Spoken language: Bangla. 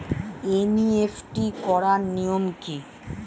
এন.ই.এফ.টি করার নিয়ম কী?